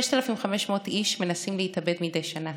6,500 איש מנסים להתאבד מדי שנה,